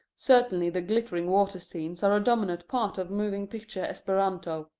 certainly the glittering water scenes are a dominant part of moving picture esperanto.